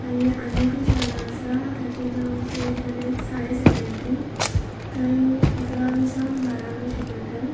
मागीर आनी एकूय शाळा आसा ताचें नांव सेंट एलेक्स हायर सॅकेंड्री थंय इकरावी सावन बारावी शिकयतात